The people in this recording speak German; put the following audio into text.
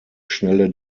schnelle